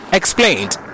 explained